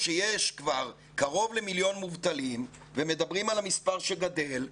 כשיש כבר קרוב למיליון מובטלים ומדברים על מספר שגדל,